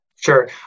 Sure